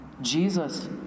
Jesus